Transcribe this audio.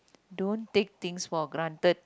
don't take things for granted